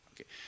Okay